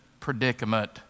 predicament